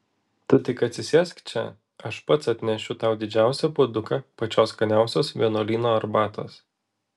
tu tik atsisėsk čia aš pats atnešiu tau didžiausią puoduką pačios skaniausios vienuolyno arbatos